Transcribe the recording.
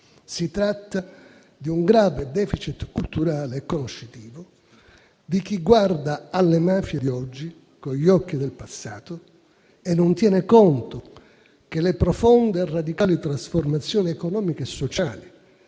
Si tratta di un grave *deficit* culturale e conoscitivo di chi guarda alle mafie di oggi con gli occhi del passato e non tiene conto che le profonde e radicali trasformazioni economiche e sociali